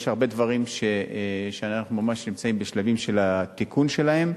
יש הרבה דברים שאנחנו ממש נמצאים בשלבים של התיקון שלהם.